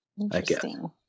Interesting